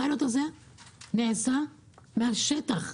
הפיילוט הזה נעשה מן השטח,